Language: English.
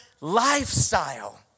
lifestyle